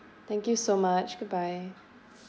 thank you so much goodbye